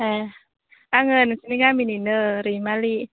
ए आङो नोंसिनि गामिनिनो रैमालि